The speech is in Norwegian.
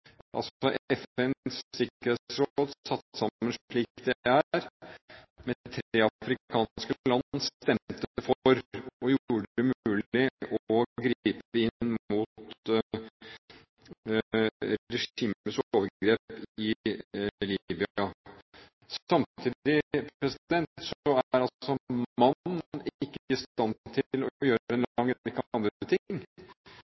sikkerhetsråd, satt sammen slik det er, med tre afrikanske land, stemte for og gjorde det mulig å gripe inn mot regimets overgrep i Libya. Samtidig er «man» ikke i stand til å gjøre en lang